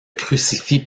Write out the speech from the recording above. crucifix